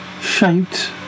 shaped